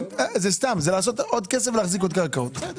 זה סתם זה לעשות עוד כסף ולהחזיק עוד קרקעות.